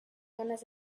ganes